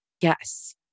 yes